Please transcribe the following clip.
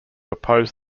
oppose